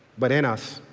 but in us.